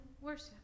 worship